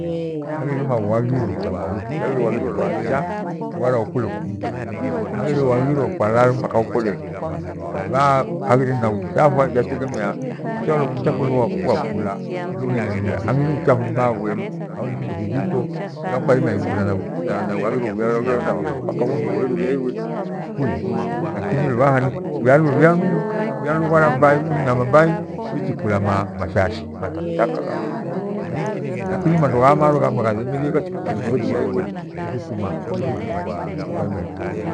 Haghire managhiro tofauti, haghire naghiro lwacha kwakula kumki, ghakinaghiro kwalao mpaka ukoleke lubha haghiri iwacha yategemea uchafu lo nkwakula lunjene lwiya haghire uchafu nimaghwe hangu nifindo fithito luvaha kwairima kula na naghiro lwia urwe lakina haghiro lwia mdu lwebhwara mbai uiname mbai lukuchukula mashashi matakataka kwairima i- ikula. Lakini mandoghaya marwe ghalemerie ghachishigha inaghire lia irwe yeshukuma nyo kwairima ikula.